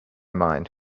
mind